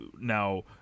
now